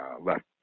left